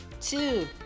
two